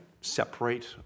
separate